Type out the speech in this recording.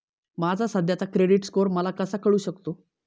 माझा सध्याचा credit score मला कसा कळू शकतो?